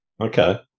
Okay